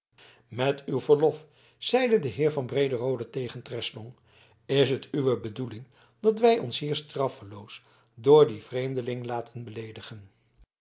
met uw verlof zeide de heer van brederode tegen treslong is het uwe bedoeling dat wij ons hier straffeloos door dien vreemdeling laten beleedigen